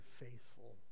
faithful